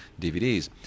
DVDs